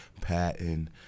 Patton